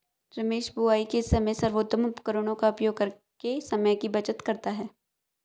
रमेश बुवाई के समय सर्वोत्तम उपकरणों का उपयोग करके समय की बचत करता है